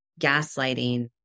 gaslighting